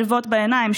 צריבות בעיניים,